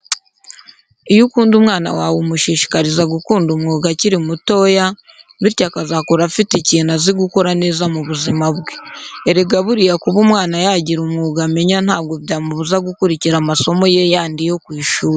Iyo ukunda umwana wawe umushishikariza gukunda umwuga akiri mutoya bityo akazakura afite ikintu azi gukora neza mu buzima bwe. Erega buriya kuba umwana yagira umwuga amenya ntabwo byamubuza gukurikira amasomo ye yandi yo ku ishuri.